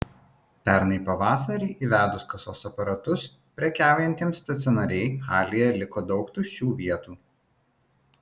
pernai pavasarį įvedus kasos aparatus prekiaujantiems stacionariai halėje liko daug tuščių vietų